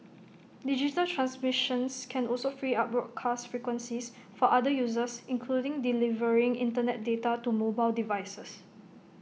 digital transmissions can also free up broadcast frequencies for other uses including delivering Internet data to mobile devices